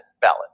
ballot